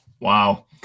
Wow